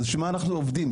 אז בשביל מה אנחנו עובדים?